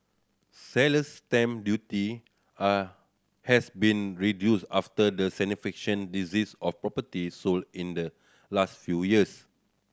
seller's stamp duty are has been reduced after the significant decrease of properties sold in the last few years